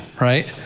right